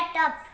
up